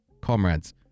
comrades